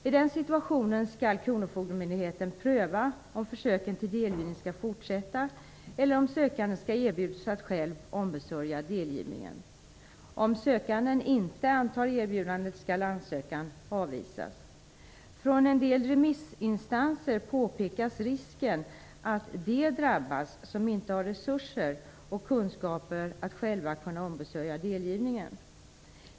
I den situationen skall kronofogdemyndigheten pröva om försöken till delgivning skall fortsätta eller om sökanden skall erbjudas att själv ombesörja delgivningen. Om sökanden inte antar erbjudandet skall ansökan avvisas. Från en del remissinstanser påpekas risken att de drabbas som inte har resurser och kunskaper att själva kunna ombesörja delgivningen.